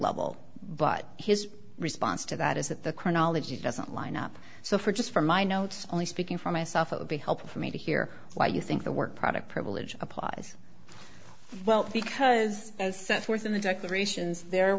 level but his response to that is that the chronology doesn't line up so for just for my notes only speaking for myself it would be helpful for me to hear why you think the work product privilege applies well because as set forth in the declarations there